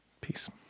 peace